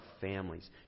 families